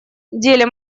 деле